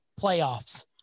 playoffs